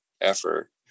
Effort